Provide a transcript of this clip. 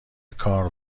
کار